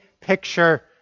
picture